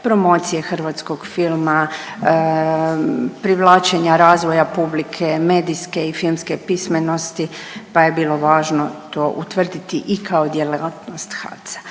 promocije hrvatskog filma, privlačenja razvoja publike, medijske i filmske pismenosti, pa je bilo važno to utvrditi i kao djelatnost HADC-a.